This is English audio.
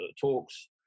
talks